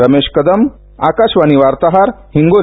रमेश कदम आकाशवाणी वार्ताहर हिंगोली